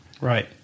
Right